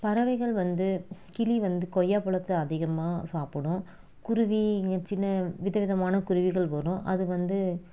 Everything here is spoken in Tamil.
பறவைகள் வந்து கிளி வந்து கொய்யா பழத்தை அதிகமாக சாப்பிடும் குருவி சின்ன வித விதமான குருவிகள் வரும் அது வந்து